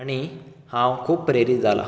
आनी हांव खूब प्रेरीत जाला